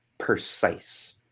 precise